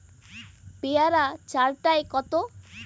পেয়ারা চার টায় কত?